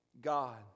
God